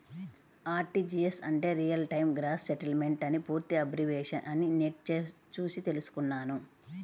RTGS అంటే real time gross settlement అని పూర్తి అబ్రివేషన్ అని నెట్ చూసి తెల్సుకున్నాను